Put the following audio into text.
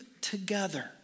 together